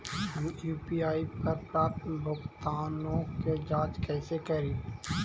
हम यु.पी.आई पर प्राप्त भुगतानों के जांच कैसे करी?